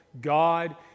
God